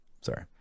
sorry